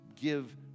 give